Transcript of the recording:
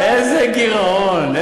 איזה גירעון?